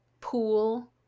pool